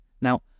Now